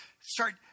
start